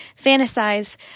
fantasize